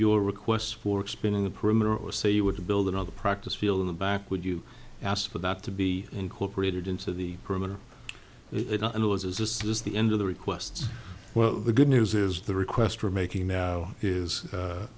your requests for expanding the perimeter or say you would build another practice field in the back would you ask for that to be incorporated into the criminal laws as this is the end of the requests well the good news is the request for making now is